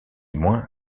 moins